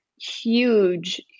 huge